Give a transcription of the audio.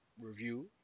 review